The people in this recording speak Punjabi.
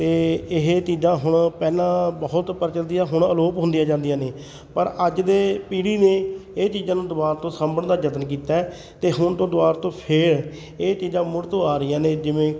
ਅਤੇ ਇਹ ਚੀਜ਼ਾਂ ਹੁਣ ਪਹਿਲਾਂ ਬਹੁਤ ਪ੍ਰਚੱਲਤ ਤੀਆ ਹੁਣ ਅਲੋਪ ਹੁੰਦੀਆਂ ਜਾਂਦੀਆਂ ਨੇ ਪਰ ਅੱਜ ਦੇ ਪੀੜ੍ਹੀ ਨੇ ਇਹ ਚੀਜ਼ਾਂ ਨੂੰ ਦੁਬਾਰਾ ਤੋਂ ਸਾਂਭਣ ਦਾ ਯਤਨ ਕੀਤਾ ਅਤੇ ਹੁਣ ਤੋਂ ਦੁਬਾਰਾ ਤੋਂ ਫਿਰ ਇਹ ਚੀਜ਼ਾਂ ਮੁੜ ਤੋਂ ਆ ਰਹੀਆਂ ਨੇ ਜਿਵੇਂ